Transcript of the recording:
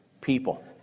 people